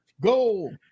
go